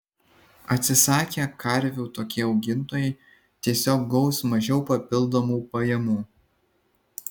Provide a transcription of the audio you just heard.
atsisakę karvių tokie augintojai tiesiog gaus mažiau papildomų pajamų